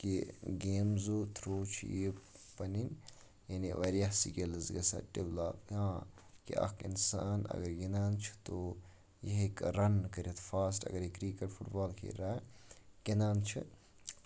کہِ گیمزو تھرٛوٗ چھِ یہِ پَنٕنۍ یعنی واریاہ سِکِلٕز گژھن ڈٮ۪ولَپ ہاں کہِ اَکھ اِنسان اگر گِنٛدان چھُ تو یہِ ہیٚکہِ رَن کٔرِتھ فاسٹ اگر یہِ کِرٛکٹ فُٹ بال کھیل رہا ہے گِنٛدان چھِ